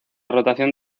rotación